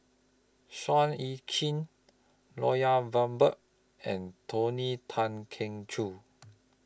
Seah EU Chin Lloyd Valberg and Tony Tan Keng Joo